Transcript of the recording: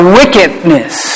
wickedness